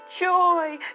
joy